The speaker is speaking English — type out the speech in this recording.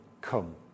come